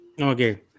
Okay